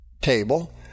table